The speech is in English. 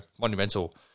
monumental